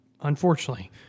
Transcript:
unfortunately –